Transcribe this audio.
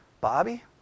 Bobby